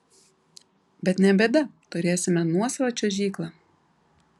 bet ne bėda turėsime nuosavą čiuožyklą